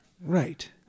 Right